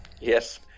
Yes